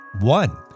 One